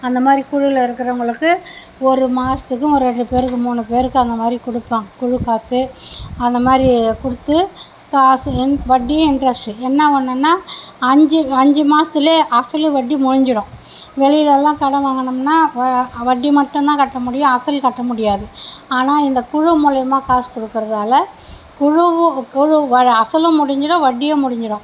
அந்த மாதிரி குழுவில் இருக்குறவங்களுக்கு ஒரு மாதத்துக்கு ஒரு ரெண்டு பேருக்கு மூணு பேருக்கு அந்த மாதிரி கொடுப்போம் குழு காசு அந்த மாதிரி கொடுத்து காசு வட்டியும் இன்ட்ரஸ்ட்டு என்ன ஒன்றுன்னா அஞ்சு அஞ்சு மாதத்துலயே அசலும் வட்டியும் முடிஞ்சுடும் வெளியிலல்லாம் கடன் வாங்கினோம்னா வட்டி மட்டுந்தான் கட்ட முடியும் அசல் கட்ட முடியாது ஆனால் இந்த குழு மூலிமா காசு கொடுக்குறதால குழு குழு அசலும் முடிஞ்சுடும் வட்டியும் முடிஞ்சுடும்